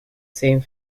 same